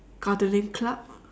gardening club